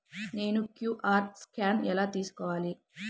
నేను Q R scan ఎలా తీసుకోవాలి?